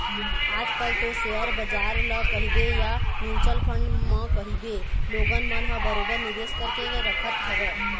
आज कल तो सेयर बजार ल कहिबे या म्युचुअल फंड म कहिबे लोगन मन ह बरोबर निवेश करके रखत हवय